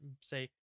say